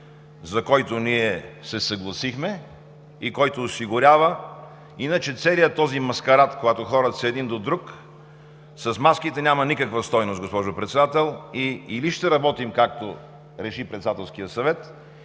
за който ние се съгласихме и който осигурява иначе целия този маскарад, когато хората са един до друг. С маските няма никаква стойност, госпожо Председател, и или ще работим, както реши Председателският съвет,